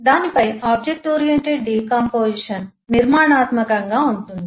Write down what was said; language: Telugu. దానిపై ఆబ్జెక్ట్ ఓరియెంటెడ్ డికాంపొజిషన్ నిర్మాణాత్మకంగా ఉంటుంది